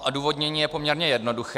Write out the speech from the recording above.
Odůvodnění je poměrně jednoduché.